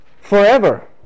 forever